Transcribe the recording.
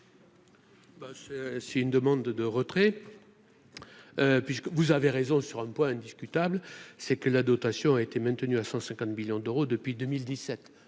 c'est une demande de retrait puisque vous avez raison sur un point indiscutable, c'est que la dotation a été maintenu à 150 millions d'euros depuis 2017,